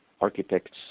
architects